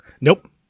Nope